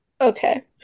Okay